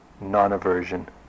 non-aversion